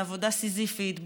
בעבודה סיזיפית,